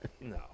no